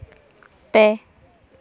ᱯᱮ